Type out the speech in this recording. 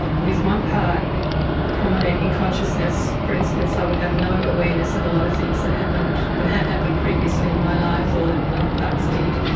with one part prominent in consciousness, for instance i would have no awareness of a lot of things that happened and had happened previously in my life or the other parts did,